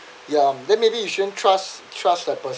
ya then maybe you shouldn't trust trust that person